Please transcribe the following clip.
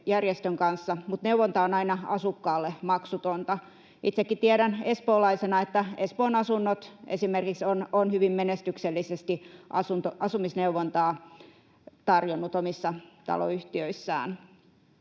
järjestön kanssa, mutta neuvonta on aina asukkaalle maksutonta. Itsekin tiedän espoolaisena, että esimerkiksi Espoon Asunnot on hyvin menestyksellisesti asumisneuvontaa tarjonnut omissa taloyhtiöissään.